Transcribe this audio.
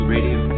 Radio